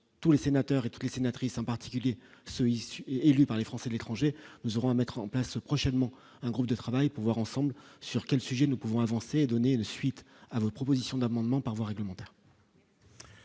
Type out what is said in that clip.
tous les sénateurs et toutes sénatrice, en particulier ceux issus est élu par les Français de l'étranger, nous aurons à mettre en place prochainement un groupe de travail pouvoir ensemble sur quel sujet, nous pouvons avancer et donner une suite à votre proposition d'amendement par voie réglementaire.